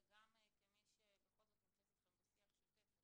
וכמי שנמצאת איתכם בשיח שוטף,